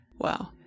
Wow